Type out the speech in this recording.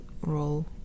role